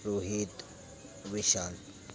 Rohit Vishal